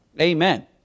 Amen